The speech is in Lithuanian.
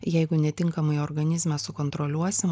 jeigu netinkamai organizme sukontroliuosim